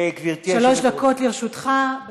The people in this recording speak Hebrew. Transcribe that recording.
שלוש דקות לרשותך.